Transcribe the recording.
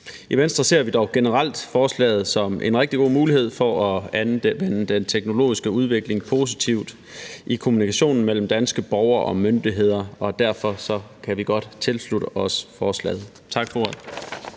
I Venstre ser vi dog generelt forslaget som en rigtig god mulighed for at anvende den teknologiske udvikling positivt i kommunikationen mellem danske borgere og myndigheder, og derfor kan vi godt tilslutte os forslaget. Tak for ordet.